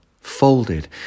folded